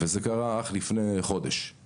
זה קרה אך לפני חודש.